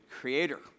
Creator